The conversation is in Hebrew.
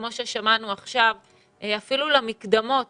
שכמו ששמענו עכשיו, אפילו למקדמות